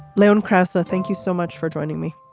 lone krasnow thank you so much for joining me.